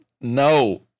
No